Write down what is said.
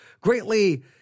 greatly